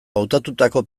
hautatutako